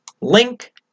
link